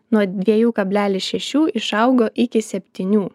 nuo dviejų kablelis šešių išaugo iki septynių